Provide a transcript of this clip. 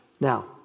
Now